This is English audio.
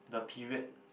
the period